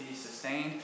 sustained